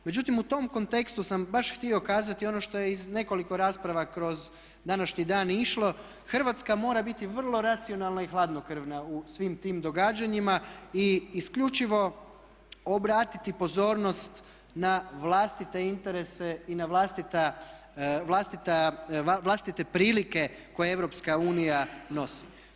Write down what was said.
Međutim u tom kontekstu sam baš htio kazati ono što je iz nekoliko rasprava kroz današnji dan išlo Hrvatska mora biti vrlo racionalna i hladnokrvna u svim tim događanjima i isključivo obratiti pozornost na vlastite interese i na vlastite prihode koje Europska unija nosi.